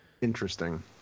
Interesting